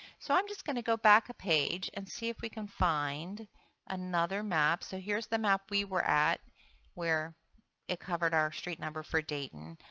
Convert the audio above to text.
so i'm just going to go back a page and see if we can find another map. so here is the map we were at where it covered our street number for dayton.